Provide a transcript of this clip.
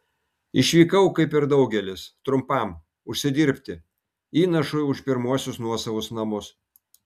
išvykau kaip ir daugelis trumpam užsidirbti įnašui už pirmuosius nuosavus namus